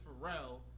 Pharrell